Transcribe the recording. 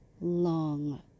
long